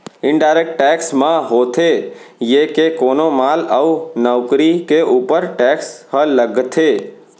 indirect tax म होथे ये के कोनो माल अउ नउकरी के ऊपर टेक्स ह लगथे